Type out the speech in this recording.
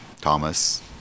Thomas